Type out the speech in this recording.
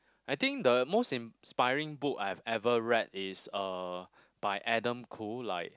I think the most inspiring book I have ever read is uh by Adam-Khoo like